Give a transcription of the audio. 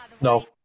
No